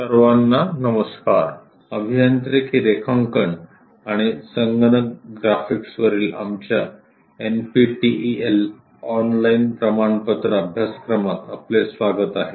सर्वांना नमस्कार अभियांत्रिकी रेखांकन आणि संगणक ग्राफिक्सवरील आमच्या एनपीटीईएल ऑनलाईन प्रमाणपत्र अभ्यासक्रमात आपले स्वागत आहे